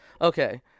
okay